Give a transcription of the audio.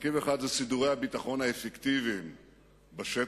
מרכיב אחד זה סידורי הביטחון האפקטיביים בשטח,